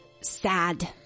Sad